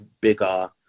bigger